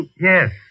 Yes